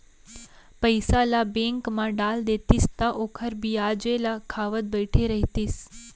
पइसा ल बेंक म डाल देतिस त ओखर बियाजे ल खावत बइठे रहितिस